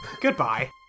goodbye